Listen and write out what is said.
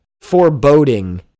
foreboding